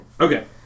Okay